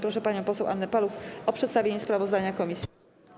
Proszę panią poseł Annę Paluch o przedstawienie sprawozdania komisji.